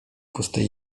pustej